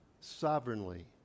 Sovereignly